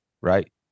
right